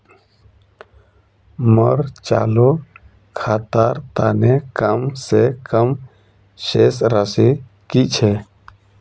मोर चालू खातार तने कम से कम शेष राशि कि छे?